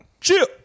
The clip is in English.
Chill